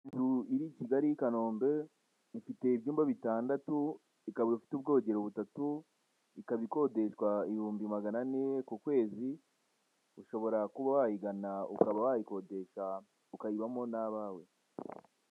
Inzu iri Kigali i Kanombe ifite ibyumba bitandatu, ikaba ifite ubwogero butatu, ikaba ikodeshwa ibihumbi maganane ku kwezi ushobora kuba wayigana ukaba wayikodesha ukayibamo n'abawe.